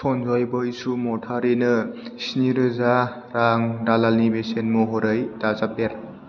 सनजय बैसुमतारिनो स्नि रोजा रां दालालनि बेसेन महरै दाजाबदेर